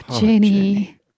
Jenny